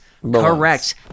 correct